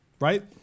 Right